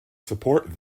support